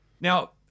Now